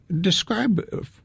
Describe